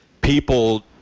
people